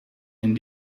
een